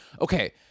Okay